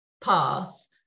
path